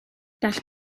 gall